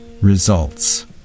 results